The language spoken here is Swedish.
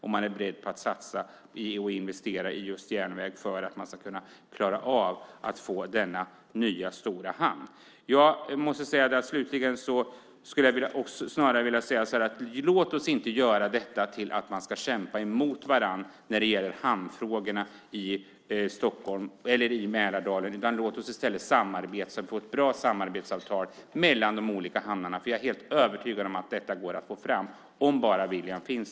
Man är beredd att investera i just järnväg för att kunna klara av att få denna nya stora hamn. Slutligen skulle jag vilja säga så här: Låt oss inte göra hamnfrågorna i Mälardalen till något som man ska kämpa mot varandra om. Låt oss i stället samarbeta så att vi får ett bra samarbetsavtal mellan de olika hamnarna, för jag är helt övertygad om att detta går att få fram om bara viljan finns.